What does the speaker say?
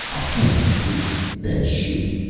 i'll count to three, then shoot.